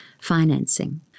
financing